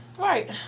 Right